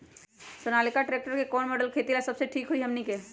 Sonalika tractor के कौन model खेती ला सबसे ठीक होई हमने की?